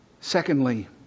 Secondly